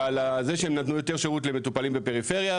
ועל זה שהם נתנו יותר שירות למטופלים בפריפריה,